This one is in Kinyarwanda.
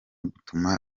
gutuma